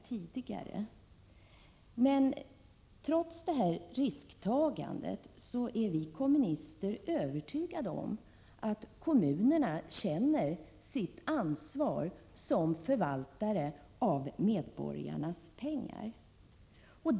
Vi kommunister är emellertid övertygade om att kommunerna känner sitt ansvar som förvaltare av medborgarnas pengar.